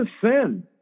sin